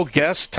guest